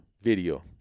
video